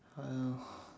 uh